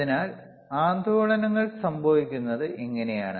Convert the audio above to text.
അതിനാൽ ആന്ദോളനങ്ങൾ സംഭവിക്കുന്നത് ഇങ്ങനെയാണ്